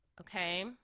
Okay